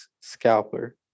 Scalper